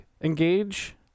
engage